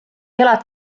elad